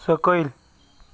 सकयल